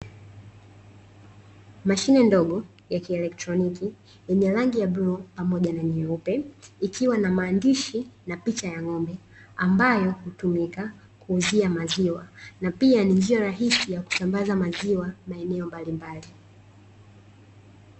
Mashine ndogo ya kielektroniki yenye rangi ya bluu pamoja na nyeupe, ikiwa na maandishi na picha ya ng'ombe ambayo hutumika kuuzia maziwa na pia ni njia rahisi ya kusambaza maziwa maeneo mbali mbali.